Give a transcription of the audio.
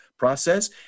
process